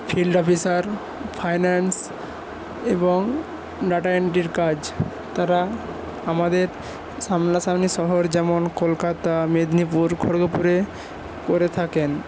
field officer finance এবং data এন্ট্রির কাজ তারা আমাদের সামনাসামনি শহর যেমন কলকাতা মেদিনীপুর খড়্গপুরে করে থাকেন